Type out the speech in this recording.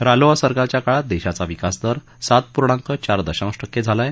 रालोआ सरकारच्या काळात देशाचा विकास दर सात पूर्णाक चार दशांश टक्के झाला आहे